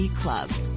clubs